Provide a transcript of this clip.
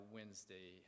Wednesday